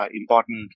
important